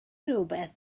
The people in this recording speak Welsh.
rywbeth